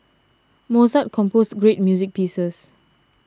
Mozart composed great music pieces